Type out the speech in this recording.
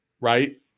Right